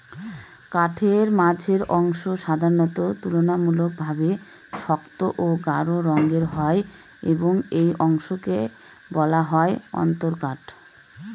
কাঠের মাঝের অংশ সাধারণত তুলনামূলকভাবে শক্ত ও গাঢ় রঙের হয় এবং এই অংশকে বলা হয় অন্তরকাঠ